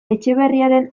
etxeberriaren